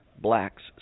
black's